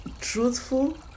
truthful